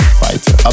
fighter